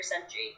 century